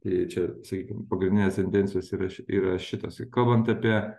tai čia sakykim pagrindinės tendencijos yra yra šitas ir kalbant apie